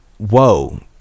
whoa